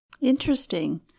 Interesting